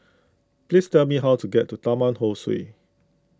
please tell me how to get to Taman Ho Swee